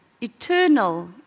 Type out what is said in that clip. eternal